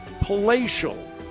palatial